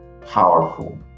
powerful